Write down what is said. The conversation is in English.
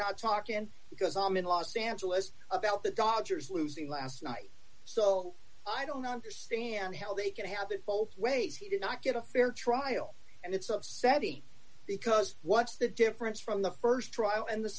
not talking because i'm in los angeles about the dodgers losing last night so i don't understand how they can have it both ways he did not get a fair trial and it's of savvy because what's the difference from the st trial and the